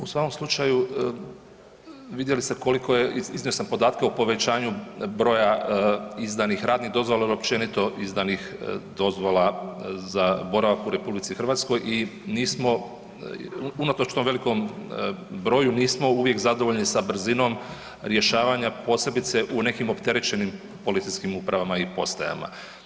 U svakom slučaju, vidjeli ste koliko je, iznio sam podatke o povećanju broja izdanih radnih dozvola i općenito izdanih dozvola za boravak u RH i nismo, unatoč tom velikom broju nismo uvijek zadovoljni sa brzinom rješavanja, posebice u nekim opterećenim policijskim upravama i postajama.